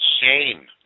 shame